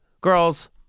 Girls